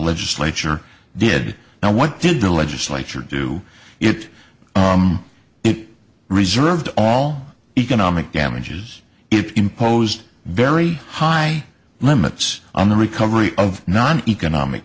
legislature did now what did the legislature do it it reserved all economic damages it imposed very high limits on the recovery of non economic